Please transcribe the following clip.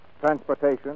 transportation